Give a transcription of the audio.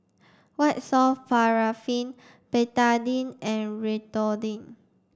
white soft paraffin Betadine and Redoxon